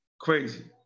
Crazy